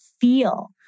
feel